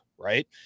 Right